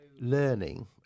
learning